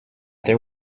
their